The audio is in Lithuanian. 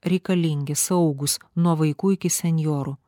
reikalingi saugūs nuo vaikų iki senjorų